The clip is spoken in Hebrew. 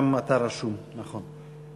גם אתה רשום, נכון.